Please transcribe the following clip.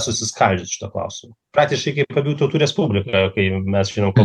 susiskaldžius šituo klausimu praktiškai kaip abiejų tautų respublika kai mes žinom kuo